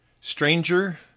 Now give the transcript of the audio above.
Stranger